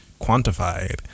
quantified